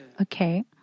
Okay